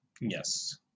Yes